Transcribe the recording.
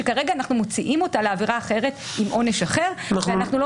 שכרגע אנחנו מוציאים אותה לעבירה אחרת עם עונש אחר ואנחנו לא